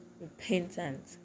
repentant